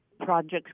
projects